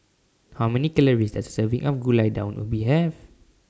How Many Calories Does A Serving of Gulai Daun Ubi Have